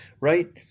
Right